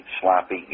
sloppy